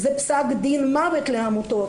זה פסק דין מוות לעמותות.